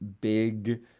big